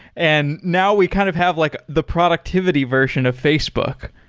and now we kind of have like the productivity version of facebook.